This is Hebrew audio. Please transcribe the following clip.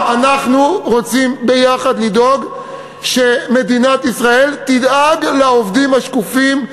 אנחנו רוצים ביחד לדאוג שמדינת ישראל תדאג לעובדים השקופים,